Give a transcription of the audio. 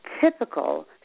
typical